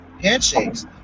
handshakes